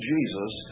Jesus